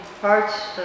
parts